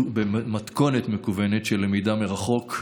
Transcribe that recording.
במתכונת מקוונת, של למידה מרחוק.